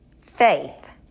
Faith